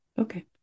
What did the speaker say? Okay